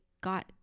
got